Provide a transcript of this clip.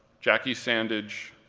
jackie sandidge,